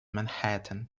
manhattan